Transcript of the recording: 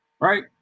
Right